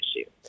issue